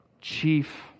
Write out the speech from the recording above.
chief